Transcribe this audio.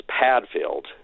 Padfield